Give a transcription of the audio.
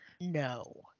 No